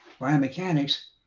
biomechanics